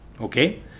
okay